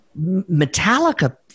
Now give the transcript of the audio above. Metallica